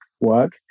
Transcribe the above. work